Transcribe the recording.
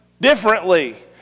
differently